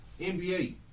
NBA